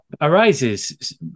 arises